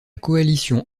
coalition